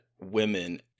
women